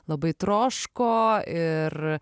labai troško ir